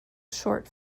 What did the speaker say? short